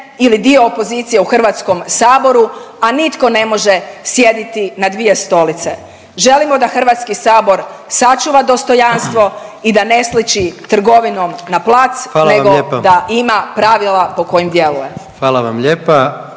ili dio opozicije u HS, a nitko ne može sjediti na dvije stolice. Želimo da HS sačuva dostojanstvo i da ne sliči trgovinom na plac…/Upadica predsjednik: Hvala